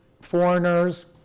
foreigners